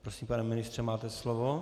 Prosím, pane ministře, máte slovo.